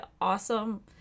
awesome